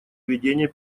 ведение